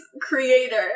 creator